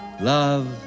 Love